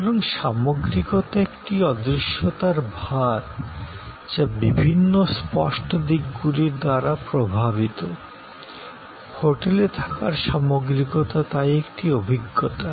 সুতরাং সামগ্রিকতা একটি অদৃশ্যতার ভার যা বিভিন্ন স্পষ্ট দিকগুলির দ্বারা প্রভাবিত হোটেল থাকার সামগ্রিকতা তাই একটি অভিজ্ঞতা